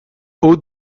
hauts